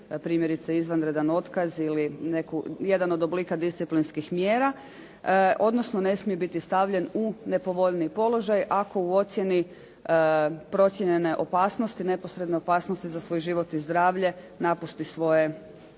primjerice izvanredan otkaz ili jedan od oblika disciplinskih mjera odnosno ne smije biti stavljen u nepovoljniji položaj ako u ocjeni procijenjene neposredne opasnosti za život i zdravlje napusti svoje